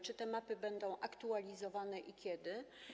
Czy te mapy będą aktualizowane i kiedy?